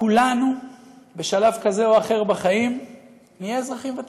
כולנו בשלב כזה או אחר בחיים נהיה אזרחים ותיקים,